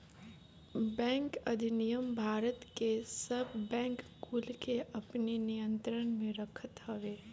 bank अधिनियम भारत के सब बैंक कुल के अपनी नियंत्रण में रखत हवे